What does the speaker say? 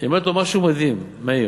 היא אומרת לו משהו מדהים, מאיר: